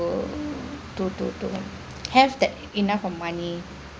to to to have that enough of money